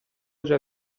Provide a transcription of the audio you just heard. già